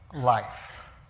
life